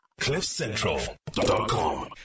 cliffcentral.com